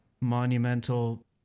monumental